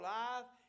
life